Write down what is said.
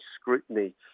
scrutiny